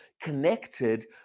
connected